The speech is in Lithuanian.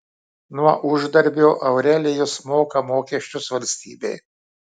nuo uždarbio aurelijus moka mokesčius valstybei